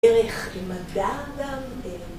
דרך מדע גם